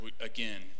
Again